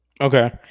Okay